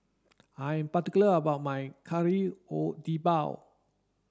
I'm particular about my Kari Debal